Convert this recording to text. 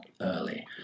early